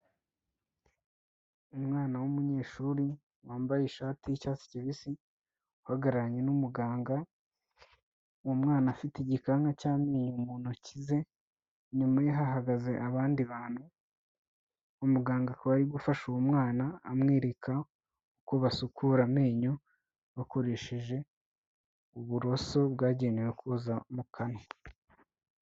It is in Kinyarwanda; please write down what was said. Umwana w'umunyeshuri wambaye ishati y'icyatsi kibisi, uhagararanye n'umuganga, uwo mwana afite igikanka cy'amenyo mu ntoki ze, inyuma ye hahagaze abandi bantu, umuganga akaba ari gufasha uwo mwana amwereka uko basukura amenyo bakoresheje uburoso bwagenewe koza amenyo mu kanwa.